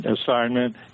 assignment